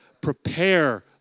Prepare